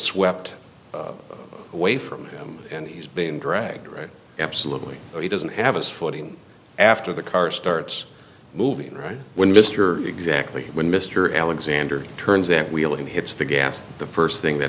swept away from him and he's being dragged right absolutely so he doesn't have a splitting after the car starts moving right when mr exactly when mr alexander turns at wheel he hits the gas the first thing that